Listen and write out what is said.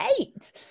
eight